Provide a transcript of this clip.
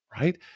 right